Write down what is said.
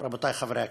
רבותי חברי הכנסת: